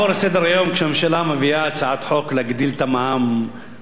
הצעת חוק להגדלת המע"מ ב-1% נוסף על הציבור,